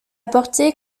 portée